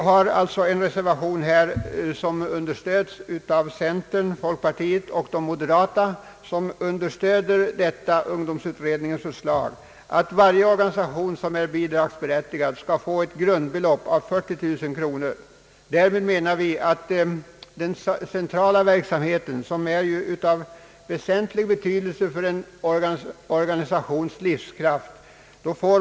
I en reservation har: centern, folkpartiet och moderata samlingspartiet ställt sig bakom detta utredningens förslag att varje organisation som är bidragsberättigad skall få ett grundbelopp av 40 000 kronor. Vi menar att detta belopp skall avse den centrala verksamheten som är av väsentlig betydelse för en organisations livskraft.